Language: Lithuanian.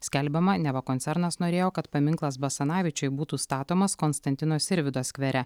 skelbiama neva koncernas norėjo kad paminklas basanavičiui būtų statomas konstantino sirvydo skvere